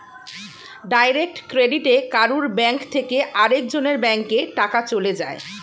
direct ক্রেডিটে কারুর bank থেকে আরেক জনের ব্যাংকে টাকা চলে যায়